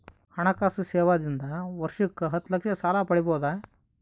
ಹಣಕಾಸು ಸೇವಾ ದಿಂದ ವರ್ಷಕ್ಕ ಹತ್ತ ಲಕ್ಷ ಸಾಲ ಪಡಿಬೋದ?